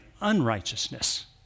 unrighteousness